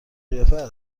قیافه